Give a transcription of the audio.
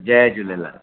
Jay Jhulelal